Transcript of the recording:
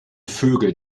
vögel